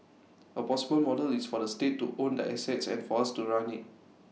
A possible model is for the state to own the assets and for us to run IT